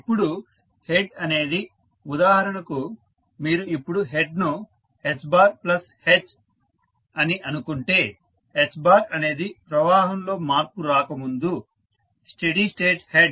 ఇప్పుడు హెడ్ అనేది ఉదాహరణకు మీరు ఇప్పుడు హెడ్ ను H h అని అనుకుంటే H అనేది ప్రవాహంలో మార్పు రాక ముందు స్టెడీ స్టేట్ హెడ్